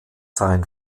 sein